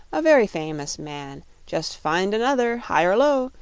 a very famous man just find another, high or low,